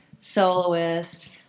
soloist